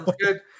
good